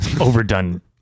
Overdone